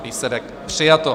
Výsledek: přijato.